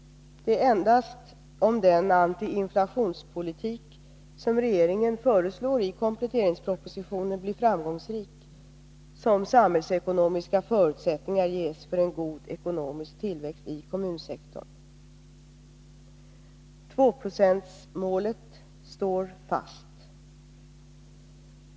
Det är endast om den antiinflationspolitik som regeringen föreslår i kompletteringspropositionen blir framgångsrik som samhällsekonomiska förutsättningar ges för en god ekonomisk tillväxt i kommunsektorn. 2-procentsmålet står fast.